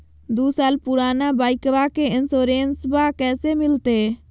दू साल पुराना बाइकबा के इंसोरेंसबा कैसे मिलते?